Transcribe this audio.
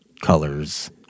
colors